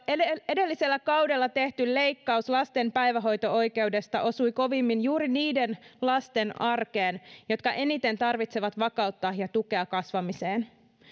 edellisellä kaudella tehty leikkaus lasten päivähoito oikeudesta osui kovimmin juuri niiden lasten arkeen jotka eniten tarvitsevat vakautta ja tukea kasvamiseen